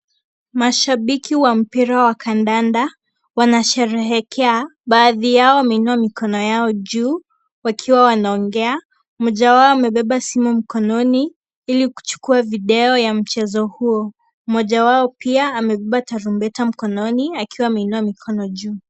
Mashabiki wa mpira wa kandanda. Wanasherehekea baadhi yao wameinua mikono yao juu wakiwa wanaongea. Mmoja wao amebeba simu mkononi ili kuchukua video ya mchezo huo. Moja wao pia amebeba tarumbeta mkononi akiwa ameinua mikono juu.